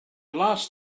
last